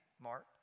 Mark